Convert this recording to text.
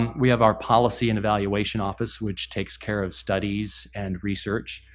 um we have our policy and evaluation office which takes care of studies and research.